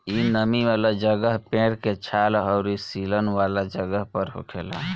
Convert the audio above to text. इ नमी वाला जगह, पेड़ के छाल अउरी सीलन वाला जगह पर होखेला